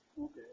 Okay